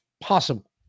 possible